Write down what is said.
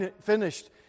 finished